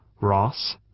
Ross